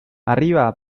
arriba